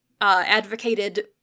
advocated